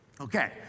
Okay